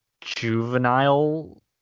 juvenile